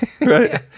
Right